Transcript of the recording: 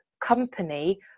company